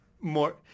more